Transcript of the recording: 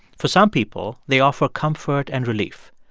for some people, they offer comfort and relief.